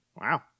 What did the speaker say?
Wow